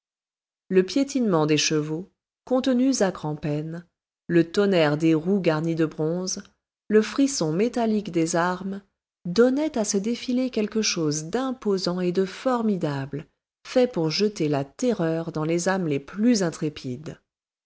le piétinement des chevaux contenus à grand-peine le tonnerre des roues garnies de bronze le frisson métallique des armes donnaient à ce défilé quelque chose d'imposant et de formidable fait pour jeter la terreur dans les âmes les plus intrépides